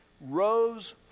rose